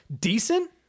decent